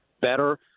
better